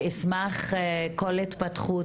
ואשמח שכל התפתחות,